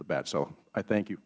the bat so i thank you